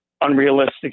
unrealistic